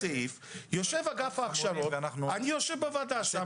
יושב אגף ההכשרות, ואני חבר בוועדה שם.